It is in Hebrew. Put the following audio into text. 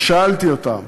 ושאלתי אותם